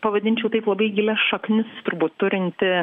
pavadinčiau taip labai gilias šaknis turbūt turinti